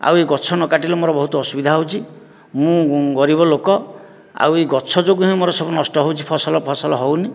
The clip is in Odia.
ଆଉ ଏ ଗଛ ନ କାଟିଲେ ମୋର ବହୁତ ଅସୁବିଧା ହେଉଛି ମୁଁ ଗରିବ ଲୋକ ଆଉ ଏ ଗଛ ଯୋଗୁଁ ହିଁ ମୋର ସବୁ ନଷ୍ଟ ହେଉଛି ଫସଲ ଫସଲ ହେଉନି